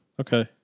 Okay